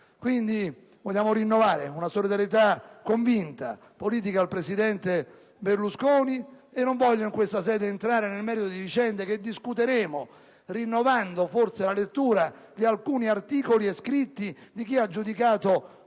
questo vogliamo rinnovare una solidarietà politica convinta al presidente Berlusconi. Non voglio entrare in questa sede nel merito di vicende che discuteremo, rinnovando forse la lettura di alcuni articoli e scritti di chi ha giudicato oggi